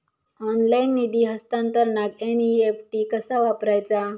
Online निधी हस्तांतरणाक NEFT कसा वापरायचा?